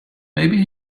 maybe